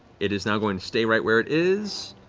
it is now going to stay right where it is.